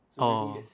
orh